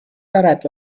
دارد